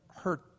hurt